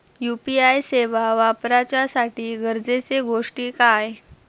UPI सेवा वापराच्यासाठी गरजेचे गोष्टी काय?